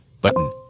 Button